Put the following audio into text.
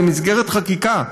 במסגרת חקיקה.